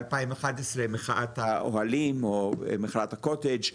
ב-2011 מחאת האוהלים או מחאת הקוטג',